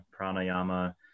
Pranayama